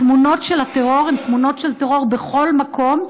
התמונות של הטרור הן תמונות של טרור בכל מקום,